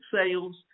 sales